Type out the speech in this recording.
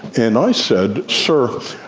and i said, sir,